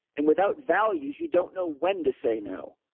and without values, you don't know when to say no.